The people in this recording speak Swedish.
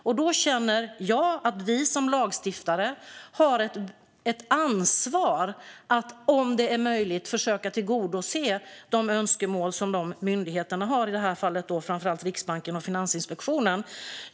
Jag känner att vi som lagstiftare har ett ansvar att, om det är möjligt, tillgodose önskemålen från myndigheterna - i det här fallet framför allt Riksbanken och Finansinspektionen.